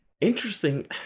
Interesting